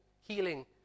healing